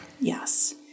Yes